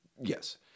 Yes